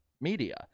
media